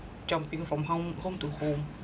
jumping from home to home